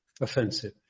offensive